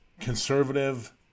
conservative